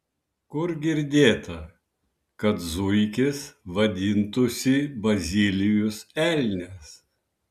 kur girdėta kad zuikis vadintųsi bazilijus elnias